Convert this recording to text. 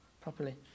properly